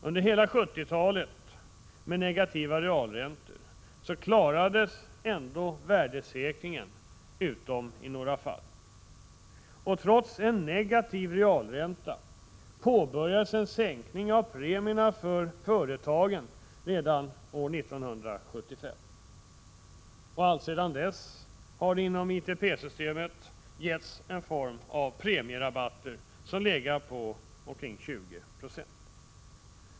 Under hela 70-talet, med negativa realräntor, klarades ändå värdesäkringen — utom i några fall. Trots en negativ realränta påbörjades en sänkning av premierna för företagen redan år 1975. Alltsedan dess har det inom ITP-systemet givits en form av premierabatter som legat på omkring 20 960.